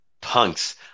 punks